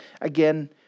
again